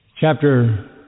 Chapter